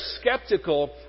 skeptical